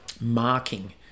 marking